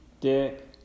Dick